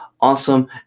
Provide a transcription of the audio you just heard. Awesome